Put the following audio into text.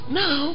now